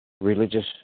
religious